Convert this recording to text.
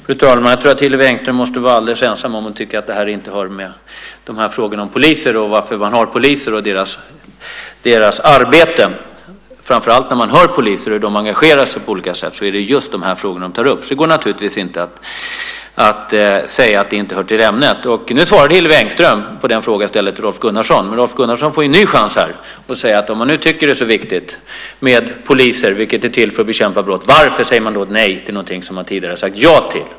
Fru talman! Hillevi Engström måste vara alldeles ensam om att tycka att det här inte hör till frågorna om poliser, varför man har poliser och deras arbete. Framför allt när man hör vad poliser säger och ser hur de engagerar sig på olika sätt är det just de här frågorna som de tar upp. Det går naturligtvis inte att säga att det inte hör till ämnet. Nu svarade Hillevi Engström på den fråga jag ställde till Rolf Gunnarsson. Men Rolf Gunnarsson får en ny chans här. Om han nu tycker att det är så viktigt med poliser, vilka är till för att bekämpa brott, varför säger man då nej till någonting som man tidigare har sagt ja till?